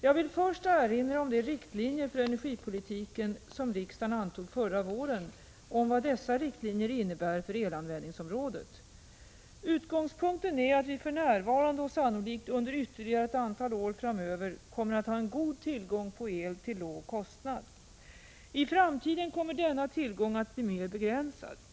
Jag vill först erinra om de riktlinjer för energipolitiken som riksdagen antog förra våren och om vad dessa riktlinjer innebär för elanvändningsområdet. Utgångspunkten är att vi för närvarande och sannolikt under ytterligare ett antal år framöver kommer att ha en god tillgång på el till låg kostnad. I framtiden kommer denna tillgång att bli mer begränsad. Elbördåi Prot.